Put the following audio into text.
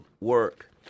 work